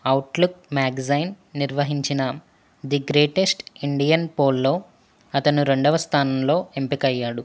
outlook magazine నిర్వహించిన the greatest Indian పోల్లో అతను రెండవ స్థానంలో ఎంపిక అయ్యాడు